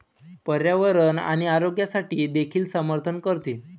पर्यावरण आणि आरोग्यासाठी देखील समर्थन करते